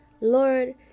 Lord